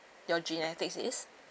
your genetics is